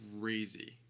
crazy